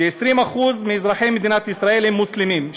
כ-20% מאזרחי מדינת ישראל הם מוסלמים,